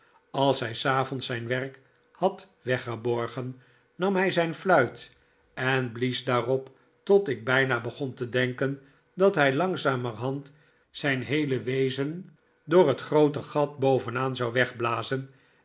als hij s avonds zijn werk had weggeborgen nam hij zijn fluit en blies daarop tot ik bijna begon te denken dat hij langzamerhand zijn heele wezen door het groote gat bovenaan zou wegblazen